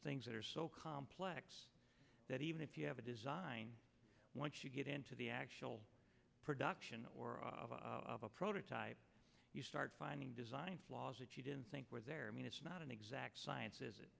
things that are so complex that even if you have a design once you get into the actual production or a prototype you start finding design flaws that you didn't think were there mean it's not an exact science is it